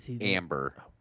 Amber